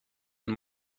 and